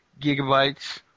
gigabytes